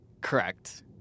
Correct